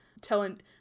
telling